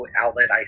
outlet